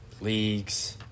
leagues